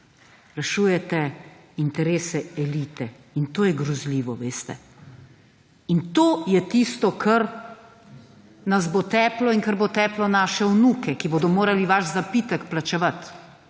Rešujete interese elite in to je grozljivo ali veste? To je tisto, kar nas bo teplo in bo teplo naše vnuke, ki bodo morali vaš zapitek plačevati.